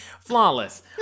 Flawless